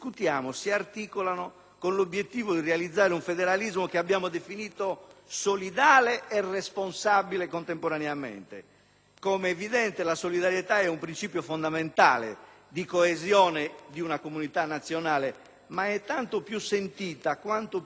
con l'obiettivo di realizzare un federalismo che abbiamo definito contemporaneamente solidale e responsabile. Come è evidente, la solidarietà è un principio fondamentale di coesione di una comunità nazionale, ma è tanto più sentita quanto più esiste il bisogno.